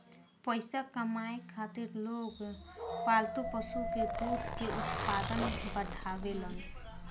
पइसा कमाए खातिर लोग पालतू पशु के दूध के उत्पादन बढ़ावेलन